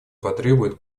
потребует